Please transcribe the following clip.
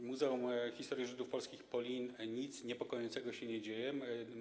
W Muzeum Historii Żydów Polskich Polin nic niepokojącego się nie dzieje.